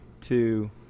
Two